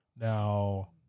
Now